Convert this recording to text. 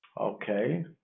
Okay